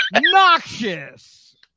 Noxious